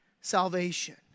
salvation